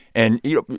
and, you know,